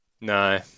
No